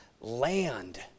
land